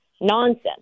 Nonsense